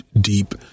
deep